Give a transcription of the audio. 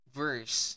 verse